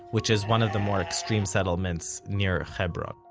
which is one of the more extreme settlements, near hebron.